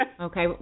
Okay